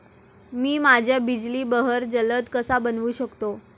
मी माझ्या बिजली बहर जलद कसा बनवू शकतो?